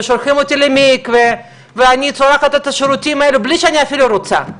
ושולחים אותי למקווה ואני צורכת את השירותים האלה בלי שאפילו אני רוצה.